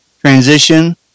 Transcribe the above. Transition